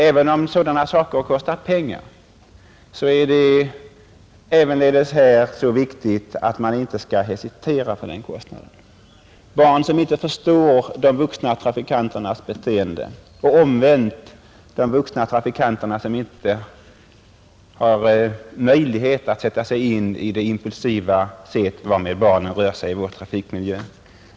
Även om sådana saker kostar pengar är de så viktiga att man inte skall hesitera för kostnaden. Barn förstår inte de vuxna trafikanternas beteende och omvänt har de vuxna trafikanterna inte möjlighet att sätta sig in i barnens impulsiva sätt att röra sig i vår trafikmiljö.